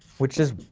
which is,